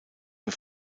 für